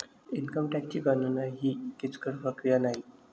income टॅक्सची गणना ही किचकट प्रक्रिया नाही